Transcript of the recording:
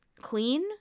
clean